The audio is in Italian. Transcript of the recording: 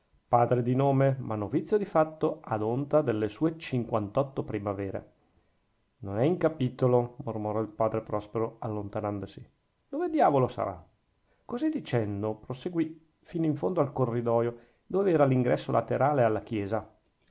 padre di nome ma novizio di fatto ad onta delle sue cinquantotto primavere non è in capitolo mormorò il padre prospero allontanandosi dove diavolo sarà così dicendo proseguì fino in fondo al corridoio dove era l'ingresso laterale alla chiesa